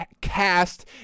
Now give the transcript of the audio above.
cast